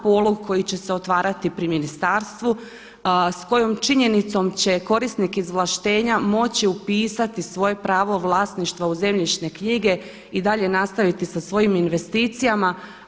polog koji će se otvarati pri ministarstvu s kojom činjenicom će korisnik izvlaštenja moći upisati svoje pravo vlasništva u zemljišne knjige i dalje nastaviti sa svojim investicijama.